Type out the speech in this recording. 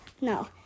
no